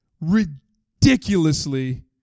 ridiculously